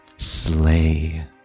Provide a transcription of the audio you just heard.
Slay